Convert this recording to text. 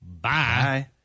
bye